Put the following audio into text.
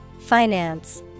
Finance